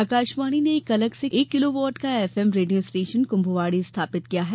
आकाशवाणी ने अलग से एक किलोवाट का एफएम रेडियो स्टेशन कुम्भवाणी स्थापित किया है